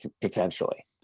potentially